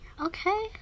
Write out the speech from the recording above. Okay